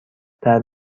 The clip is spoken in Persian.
درب